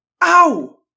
Ow